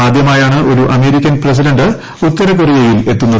ആദൃമായാണ് ഒരു American president ഉത്തരകൊറിയയിൽ എത്തുന്നത്